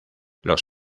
los